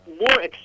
more